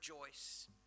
rejoice